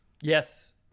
yes